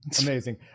Amazing